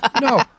No